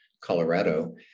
Colorado